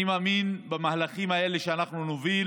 אני מאמין שבמהלכים האלה שאנחנו נוביל